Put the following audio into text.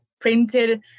printed